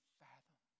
fathom